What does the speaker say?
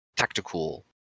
Tactical